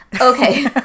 Okay